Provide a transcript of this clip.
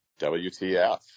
WTF